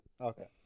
Okay